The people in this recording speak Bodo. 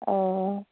औ औ